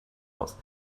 aus